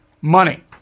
Money